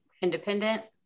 independent